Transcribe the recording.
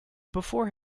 before